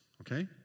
okay